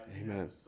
Amen